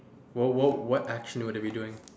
what what what action would it be doing